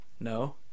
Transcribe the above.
No